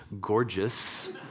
gorgeous